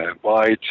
white